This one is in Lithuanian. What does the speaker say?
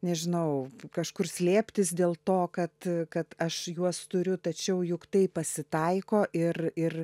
nežinau kažkur slėptis dėl to kad kad aš juos turiu tačiau juk tai pasitaiko ir ir